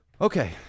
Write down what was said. Okay